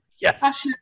Yes